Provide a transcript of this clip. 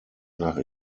nach